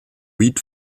wheat